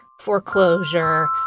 foreclosure